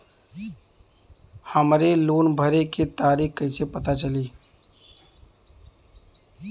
हमरे लोन भरे के तारीख कईसे पता चली?